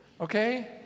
okay